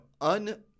un-